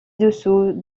dessous